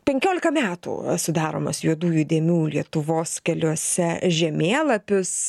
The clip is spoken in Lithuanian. penkiolika metų sudaromas juodųjų dėmių lietuvos keliuose žemėlapius